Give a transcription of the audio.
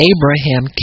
Abraham